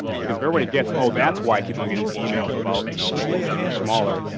because if everybody gets oh, that's why i keep on getting emails about, you know, making this image smaller.